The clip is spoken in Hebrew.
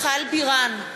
(קוראת בשמות חברי הכנסת) מיכל בירן,